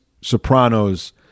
sopranos